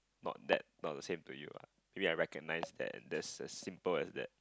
not that not the same to you uh maybe I recognise that and there's a simple as that